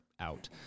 out